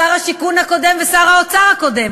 שר השיכון הקודם ושר האוצר הקודם.